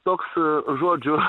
toks žodžių